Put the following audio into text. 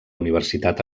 universitat